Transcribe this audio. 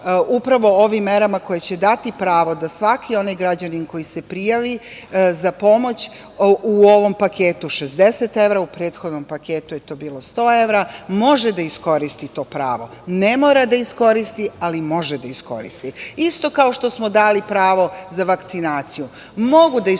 upravo ovi merama koje će dati pravo da svaki onaj građanin koji se prijavi za pomoć u ovom paketu 60 evra, u prethodnom paketu je to bilo 100 evra, može da iskoristi to pravo. Ne mora da iskoristi, ali može da iskoristi. Isto kao što smo dali pravo za vakcinaciju- mogu da iskoriste